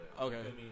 Okay